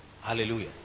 Hallelujah